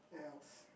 elf